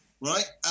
Right